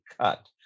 cut